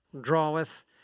draweth